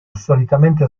solitamente